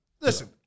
Listen